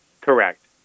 Correct